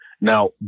Now